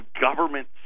government